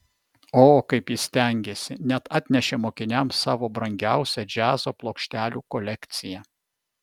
o kaip jis stengėsi net atnešė mokiniams savo brangiausią džiazo plokštelių kolekciją